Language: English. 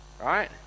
Right